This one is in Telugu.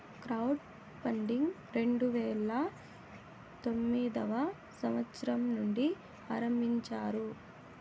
క్రౌడ్ ఫండింగ్ రెండు వేల తొమ్మిదవ సంవచ్చరం నుండి ఆరంభించారు